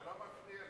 אתה לא מפריע לי.